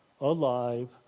alive